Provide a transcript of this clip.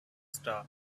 star